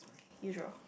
you draw